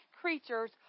creatures